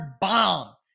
bomb